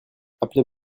appelez